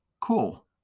Cool